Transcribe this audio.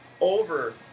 over